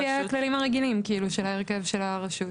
19:46) לפי הכללים הרגילים כאילו של ההרכב של הרשות.